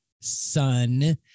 son